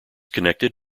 connected